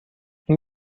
این